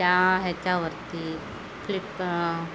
त्या ह्याच्यावरती फ्लिपका